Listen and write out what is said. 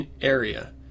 area